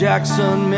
Jackson